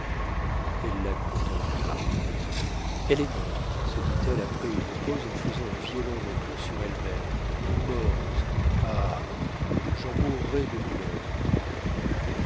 elle la contempla elle est morte se dit-elle après une pause en faisant un violent retour sur elle-même morte ah j'en mourrai de douleur